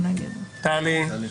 שישה.